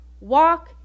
Walk